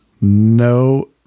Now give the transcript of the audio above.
no